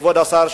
כבוד השר,